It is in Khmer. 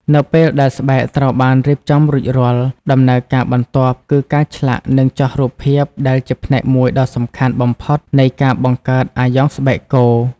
នៅពេលដែលស្បែកត្រូវបានរៀបចំរួចរាល់ ដំណើរការបន្ទាប់គឺការឆ្លាក់និងចោះរូបភាពដែលជាផ្នែកមួយដ៏សំខាន់បំផុតនៃការបង្កើតអាយ៉ងស្បែកគោ។